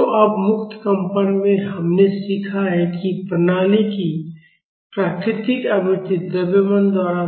तो अब मुक्त कंपन में हमने सीखा है कि प्रणाली की प्राकृतिक आवृत्ति द्रव्यमान द्वारा